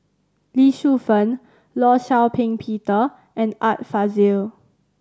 Lee Shu Fen Law Shau Ping Peter and Art Fazil